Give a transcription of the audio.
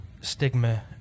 stigma